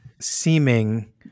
seeming